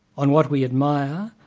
on what we admire,